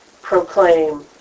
proclaim